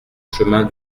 chemin